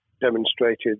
demonstrated